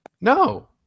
No